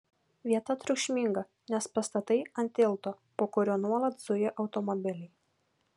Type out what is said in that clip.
vieta triukšminga nes pastatai ant tilto po kuriuo nuolat zuja automobiliai